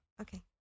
okay